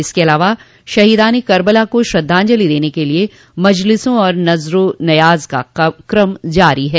इसके अलावा शहीदाने कर्बला को श्रद्धांजलि देने के लिए मजलिसों और नज्ञो नयाज़ का कम जारी है